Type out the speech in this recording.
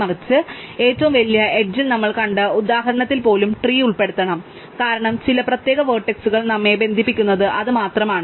മറിച്ച് ഏറ്റവും വലിയ എഡ്ജ്ൽ നമ്മൾ കണ്ട ഉദാഹരണത്തിൽ പോലും ട്രീ ഉൾപ്പെടുത്തണം കാരണം ചില പ്രത്യേക വേർട്ടക്സുകൾ നമ്മെ ബന്ധിപ്പിക്കുന്നത് അത് മാത്രമാണ്